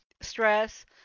stress